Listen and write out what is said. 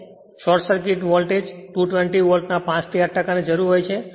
તેથી short circuit voltage 220 વોલ્ટના 5 થી 8 ટકાની જરૂર છે